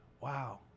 Wow